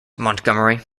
montgomery